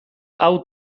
hau